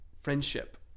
friendship